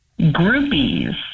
Groupies